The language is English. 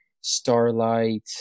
Starlight